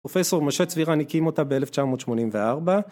פרופסור משה צבירן הקים אותה ב-1984